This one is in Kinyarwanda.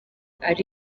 ari